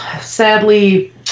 Sadly